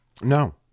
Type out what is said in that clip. No